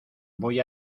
voy